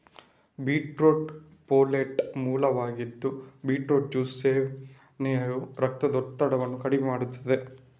beetroot folate ಮೂಲವಾಗಿದ್ದು beetroot juice ಸೇವನೆಯು ರಕ್ತದೊತ್ತಡವನ್ನು ಕಡಿಮೆ ಮಾಡುತ್ತದೆ